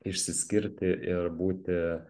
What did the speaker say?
išsiskirti ir būti